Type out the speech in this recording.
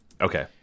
Okay